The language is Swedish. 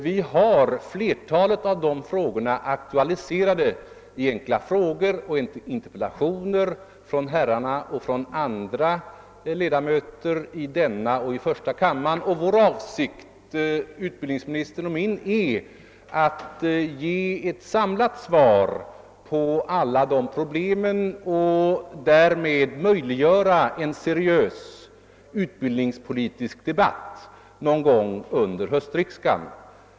Vi har flertalet av de frågorna aktualiserade i enkla frågor och interpellationer från dessa herrar och från andra ledamöter i denna och i första kammaren och vår avsikt — utbildningsministerns och min — är att ge ett samlat svar på alla de berörda problemen och därmed möjliggöra en seriös utbildningspolitisk debatt någon gång under höstriksdagen.